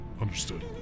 Understood